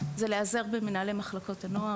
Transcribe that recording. זה להיעזר במנהלי מחלקות הנוער,